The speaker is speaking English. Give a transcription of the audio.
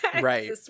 right